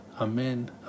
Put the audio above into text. Amen